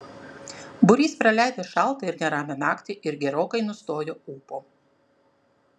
būrys praleido šaltą ir neramią naktį ir gerokai nustojo ūpo